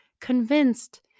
convinced